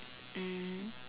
mm